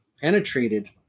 penetrated